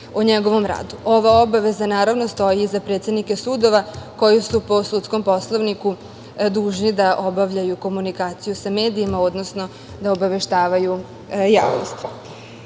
Ova obaveza, naravno, stoji i za predsednike sudova, koji su po sudskom poslovniku dužni da obavljaju komunikaciju sa medijima, odnosno da obaveštavaju